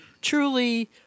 truly